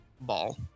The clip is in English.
ball